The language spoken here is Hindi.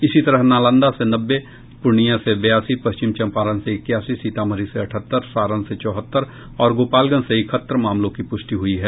इसी तरह नालंदा से नब्बे पूर्णिया से बयासी पश्चिम चंपारण से इक्यासी सीतामढ़ी से अठहत्तर सारण से चौहत्तर और गोपालगंज से इकहत्तर मामलों की पुष्टि हुई है